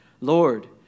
Lord